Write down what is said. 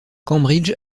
cambridge